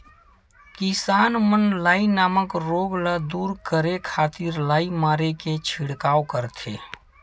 किसान मन लाई नामक रोग ल दूर करे खातिर लाई मारे के छिड़काव करथे